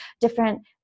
different